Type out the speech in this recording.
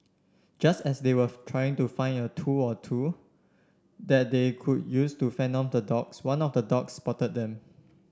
just as they were trying to find a tool or two that they could use to fend off the dogs one of the dogs spotted them